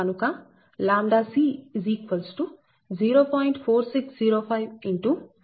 కనుక ʎc 0